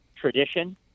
tradition